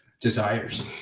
desires